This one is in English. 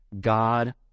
god